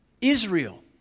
Israel